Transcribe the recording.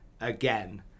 Again